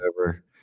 over